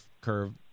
curve